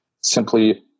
simply